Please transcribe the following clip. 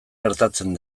gertatzen